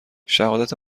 شهادت